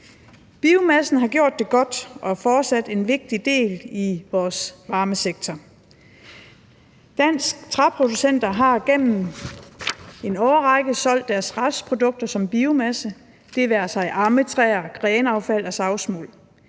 Biomassen har gjort det godt og er fortsat en vigtig del af vores varmesektor. Danske træproducenter har igennem en årrække solgt deres restprodukter som biomasse – det være sig ammetræer, grenaffald eller savsmuld.